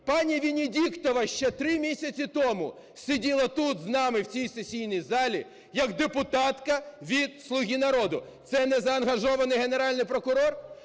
Пані Венедіктова ще три місяці тому сиділа тут з нами, в ці сесійній залі, як депутатка від "Слуги народу". Це незаангажований Генеральний прокурор?